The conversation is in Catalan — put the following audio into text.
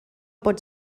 pot